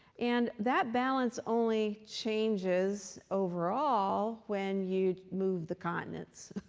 and that balance only changes overall when you move the continents.